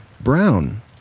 brown